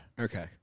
Okay